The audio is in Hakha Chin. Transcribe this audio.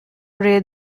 rel